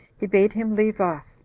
he bade him leave off